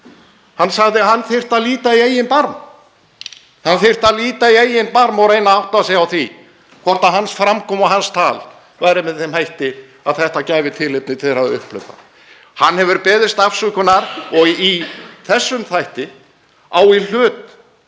huga var að hann þyrfti að líta í eigin barm. Hann þyrfti að líta í eigin barm og reyna að átta sig á því hvort framkoma hans og tal væri með þeim hætti að þetta gæfi tilefni til þessara upphlaupa. Hann hefur beðist afsökunar og í þessum þætti á í hlut